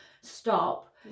stop